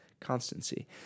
constancy